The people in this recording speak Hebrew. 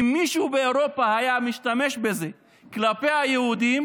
שאם מישהו באירופה היה משתמש בזה כלפי היהודים